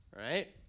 right